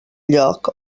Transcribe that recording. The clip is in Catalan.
lloc